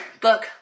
book